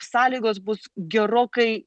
sąlygos bus gerokai